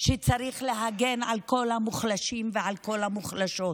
שצריך להגן על כל המוחלשים ועל כל המוחלשות.